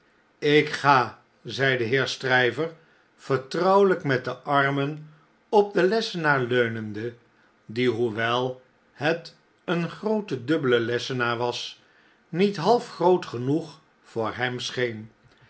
ik ga zei de heer stryver vertrouweljjk met de armen op den lessenaar leunende die hoewel het een groote dubbele lessenaar was niet half groot genoeg voor hem scheen